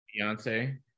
Beyonce